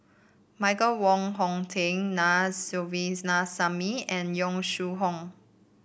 Michael Wong Hong Teng Na Sovindasamy and Yong Shu Hoong